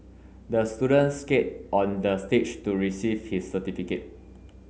the student skate onto the stage to receive his certificate